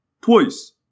Twice